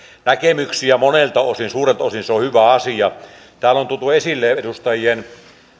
näkemyksiä monelta osin suurelta osin se on hyvä asia täällä on tuotu esille ainakin edustajien